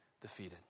defeated